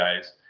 guys